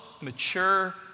mature